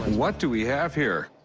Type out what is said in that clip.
what do we have here?